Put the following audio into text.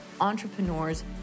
entrepreneurs